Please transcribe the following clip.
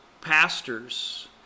pastors